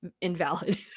invalid